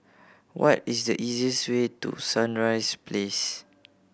what is the easiest way to Sunrise Place